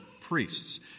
priests